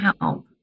help